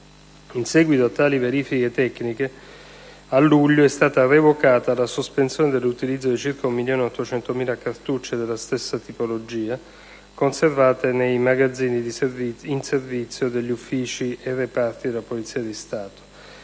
In seguito a tali verifiche tecniche, nello scorso mese di luglio è stata revocata la sospensione dell'utilizzo di circa 1.800.000 cartucce della stessa tipologia conservate nei magazzini di servizio degli uffici e reparti della Polizia di Stato.